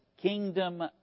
kingdom